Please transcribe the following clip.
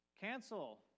Cancel